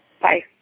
bye